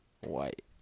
White